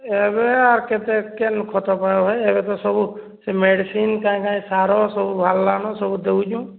ଏବେ ଆର୍ କେତେ କେନ୍ ଖତ ପାଇବ ହେ ଏବେ ତ ସବୁ ସେ ମେଡ଼ିସିନ କାହିଁ କାହିଁ ସାର ସବୁ ବାହରଲାଣୋ ସବୁ ଦେଉଛୁ